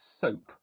soap